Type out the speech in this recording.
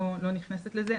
לא נכנסת לזה,